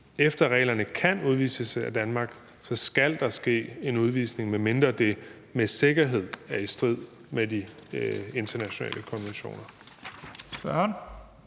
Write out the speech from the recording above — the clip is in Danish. efter reglerne kan udvises af Danmark, så skal der ske en udvisning, medmindre det med sikkerhed er i strid med de internationale konventioner.